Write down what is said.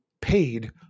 paid